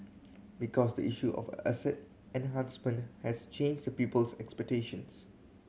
because the issue of asset enhancement has changed the people's expectations